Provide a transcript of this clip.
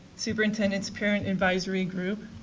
superintendents parent advisory group,